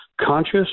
conscious